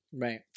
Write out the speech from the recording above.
Right